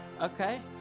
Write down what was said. Okay